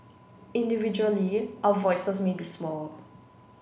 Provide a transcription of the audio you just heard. individually our voices may be small